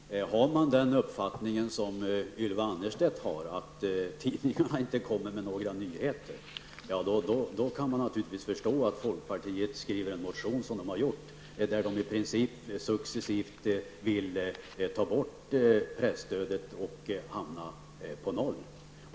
Fru talman! Har man den uppfattningen som Ylva Annerstedt har, att tidningarna inte kommer med några nyheter, kan man naturligtvis förstå att folkpartiet skriver en sådan motion som partiet har gjort. De vill i princip successivt ta bort presstödet.